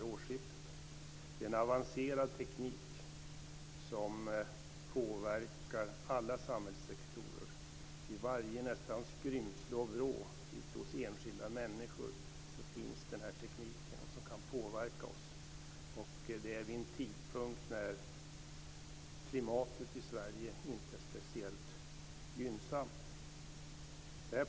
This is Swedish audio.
Det är en avancerad teknik som påverkar alla samhällssektorer. I nästan varje skrymsle och vrå hos enskilda människor finns den här tekniken som kan påverka oss, och detta vid en tidpunkt när klimatet i Sverige inte är speciellt gynnsamt.